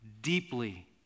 deeply